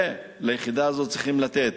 וליחידה הזאת צריכים לתת